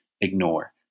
ignore